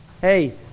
hey